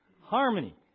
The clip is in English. harmony